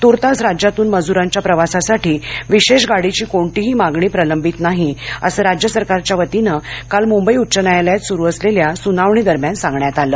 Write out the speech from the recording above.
तूर्तास राज्यातून मजुरांच्या प्रवासासाठी विशेष गाडीची कोणतीही मागणी प्रलंबित नाही असं राज्य सरकारच्या वतीनं काल मुंबई उच्च न्यायालयात सुरू असलेल्या सुनावणी दरम्यान सांगण्यात आलं